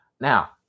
Now